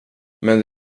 men